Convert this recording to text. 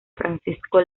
francisco